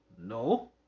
No